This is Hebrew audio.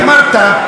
שיקפצו.